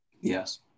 Yes